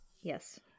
Yes